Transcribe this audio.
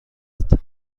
است